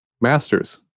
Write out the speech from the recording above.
Masters